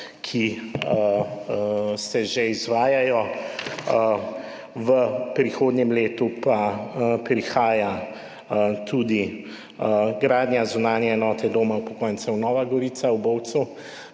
ki se že izvajajo. V prihodnjem letu pa prihaja tudi gradnja zunanje enote Doma upokojencev Nova Gorica v Bovcu,